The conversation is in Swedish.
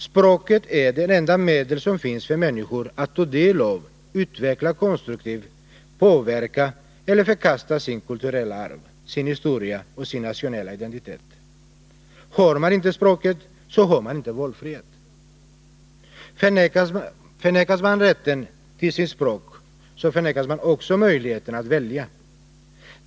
Språket är det enda medel som finns för människor att ta del av, utveckla konstruktivt, påverka eller förkasta sitt kulturella arv, sin historia och sin nationella identitet. Har man inte språket, har man ingen valfrihet. Förnekas man rätten till sitt språk, så förnekas man också möjligheten att välja.